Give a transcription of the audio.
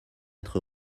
être